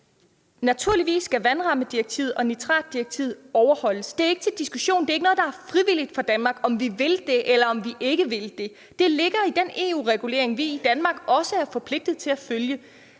Naturligvis skal vandrammedirektivet og nitratdirektivet overholdes. Det er ikke til diskussion, det er ikke frivilligt for Danmark, om vi vil gøre det, eller om vi ikke vil gøre det. Det ligger i den EU-regulering, vi i Danmark også er forpligtet til at følge.